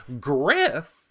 Griff